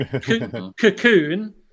Cocoon